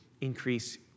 increase